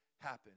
happen